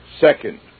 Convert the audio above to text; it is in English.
Second